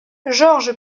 george